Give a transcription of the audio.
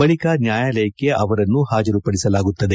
ಬಳಿಕ ನ್ಯಾಯಾಲಯಕ್ಕೆ ಅವರನ್ನು ಹಾಜರುಪದಿಸಲಾಗುತ್ತದೆ